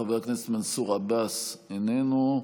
חבר הכנסת מנסור עבאס, איננו.